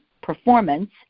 performance